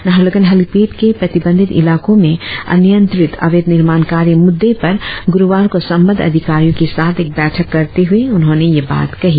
Naharlagun helipad के प्रतिबंधित इलाको में अनियंत्रित अवैध निर्माण कार्य मुद्दे पर गुरुवार को संबंद्ध अधिकारियो के साथ एक बैठक करते हुए उन्होंने यह बात कही